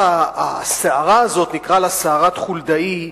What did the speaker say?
הסערה הזאת, נקרא לה סערת חולדאי,